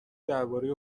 دربارهی